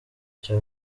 cya